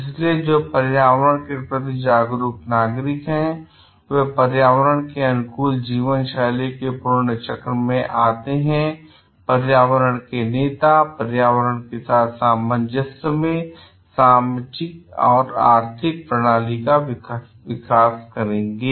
इसलिए जो पर्यावरण के प्रति जागरूक नागरिक हैं वे पर्यावरण के अनुकूल जीवन शैली के पुण्य चक्र को अपनाते हैं और पर्यावरण के नेता पर्यावरण के साथ सामंजस्य में सामाजिक आर्थिक प्रणाली विकसित करेंगे